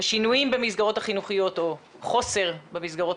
השינויים במסגרות החינוכיות או חוסר במסגרות